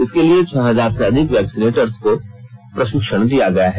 इसके लिए छह हजार से अधिक वैक्सीनेटर्स को प्रशिक्षण दिया गया है